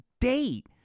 date